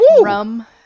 rum